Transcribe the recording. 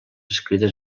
escrites